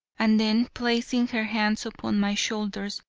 and then placing her hands upon my shoulders,